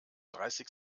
dreißig